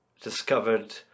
discovered